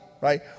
right